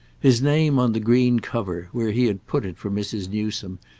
his name on the green cover, where he had put it for mrs. newsome,